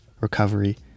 recovery